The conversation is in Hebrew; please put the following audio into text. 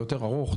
היותר ארוך,